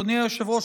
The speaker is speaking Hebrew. אדוני היושב-ראש,